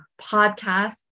podcast